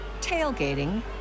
tailgating